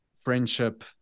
friendship